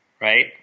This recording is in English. Right